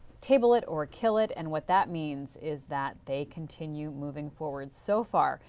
table it or kill it. and what that means is that they continue moving forward. so far,